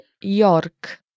York